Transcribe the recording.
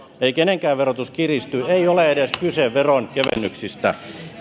ei kiristy ei ole edes kyse veronkevennyksistä